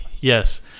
Yes